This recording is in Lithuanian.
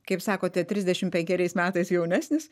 kaip sakote trisdešimt penkeriais metais jaunesnis